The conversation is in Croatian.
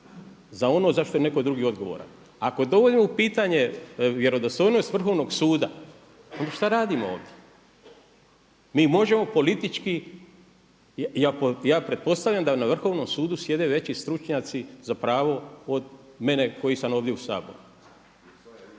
za ono za što je neko drugi odgovoran. Ako dovodimo u pitanje vjerodostojnost Vrhovnog suda, onda šta radimo ovdje? Mi možemo politički, ja pretpostavljam da na Vrhovnom sudu sjede veći stručnjaci za pravo od mene koji sam ovdje u Saboru.